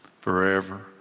forever